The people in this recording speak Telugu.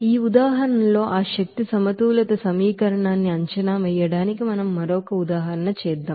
ఈ ఉదాహరణతో ఆ ఎనర్జీ బాలన్స్ ఈక్వేషన్ న్ని అంచనా వేయడానికి మనం మరొక ఉదాహరణ చేద్దాం